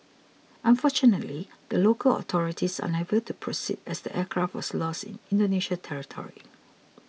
unfortunately the local authorities are unable to proceed as the aircraft was lost in Indonesia territory